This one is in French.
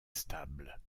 stable